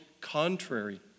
contrary